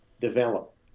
develop